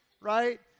right